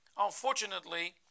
unfortunately